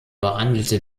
behandelte